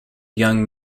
young